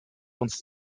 uns